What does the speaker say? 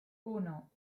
uno